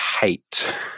hate